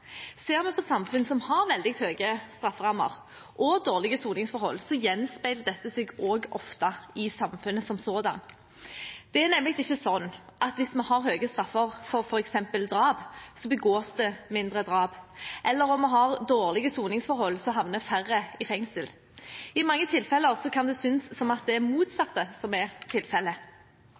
Ser vi på samfunn som har veldig høye strafferammer og dårlige soningsforhold, gjenspeiler dette seg ofte i samfunnet som sådant. Det er nemlig ikke sånn at hvis vi har høye straffer for f.eks. drap, så begås det færre drap, eller om vi har dårlige soningsforhold, så havner færre i fengsel. I mange tilfeller kan det synes som om det er det motsatte som er